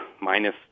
minus